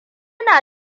na